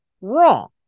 wrong